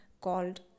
called